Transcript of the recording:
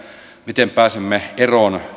miten pääsemme eroon